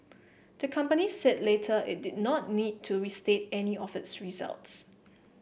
the company said later it did not need to restate any of its results